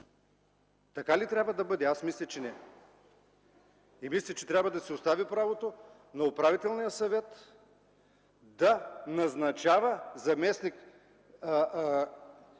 така ли трябва да бъде? Аз мисля, че не! Мисля, че трябва да се остави правото на управителния съвет да назначава заместник-генералните